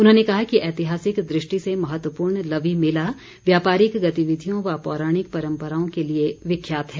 उन्होंने कहा कि ऐतिहासिक दृष्टि से महत्वपूर्ण लवी मेला व्यापारिक गतिविधियों व पौराणिक परम्पराओं के लिए विख्यात है